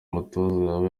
mutoza